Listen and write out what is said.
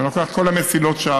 אם אני לוקח את כל המסילות שם,